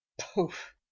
poof